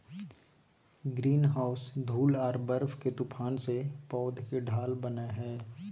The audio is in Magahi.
ग्रीनहाउस धूल आर बर्फ के तूफान से पौध के ढाल बनय हइ